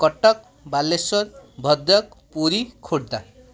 Cuttack Balasore Bhadrak Puri Khordha